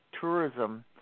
Tourism